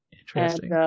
Interesting